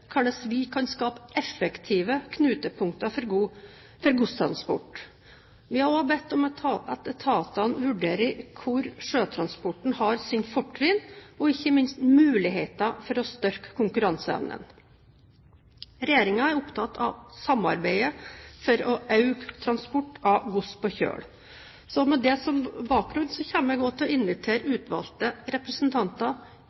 bedt om at etatene vurderer hvor sjøtransporten har sine fortrinn og ikke minst muligheter for å styrke konkurranseevnen. Regjeringen er opptatt av samarbeidet for å øke transporten av gods på kjøl. Med det som bakgrunn kommer jeg til å invitere